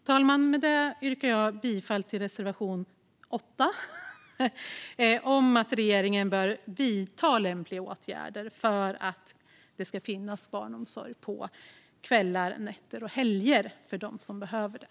Jag yrkar bifall till reservation 8 om att regeringen bör vidta lämpliga åtgärder för att det ska finnas barnomsorg på kvällar, nätter och helger för dem som behöver det.